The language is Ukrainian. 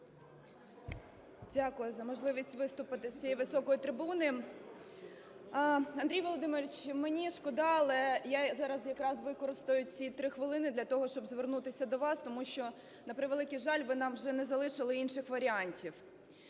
Дякую за можливість виступити з цієї високої трибуни. Андрій Володимирович, мені шкода, але я зараз якраз використаю ці 3 хвилини для того, щоб звернутися до вас, тому що, на превеликий жаль, ви нам вже не залишили інших варіантів.